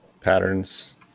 patterns